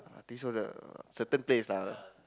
I think so lah certain place lah